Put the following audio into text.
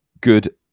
good